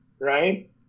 right